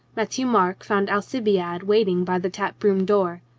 matthieu marc found alcibiade waiting by the tap-room door.